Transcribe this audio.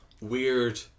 weird